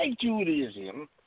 Judaism